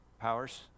powers